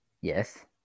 Yes